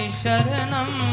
sharanam